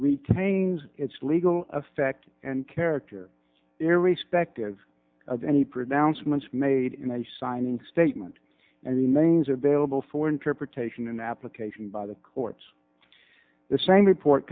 retains its legal effect and character their respective of any prevents much made in a signing statement and the names are available for interpretation and application by the courts the same report